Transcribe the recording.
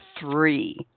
three